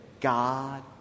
God